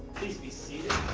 please be seated.